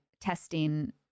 testing